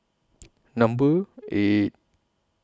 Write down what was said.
Number eight